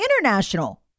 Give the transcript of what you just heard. international